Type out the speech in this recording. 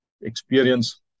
experience